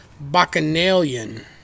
bacchanalian